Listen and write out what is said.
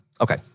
Okay